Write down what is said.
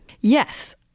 Yes